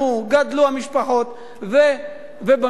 גדלו המשפחות ובנו דירה,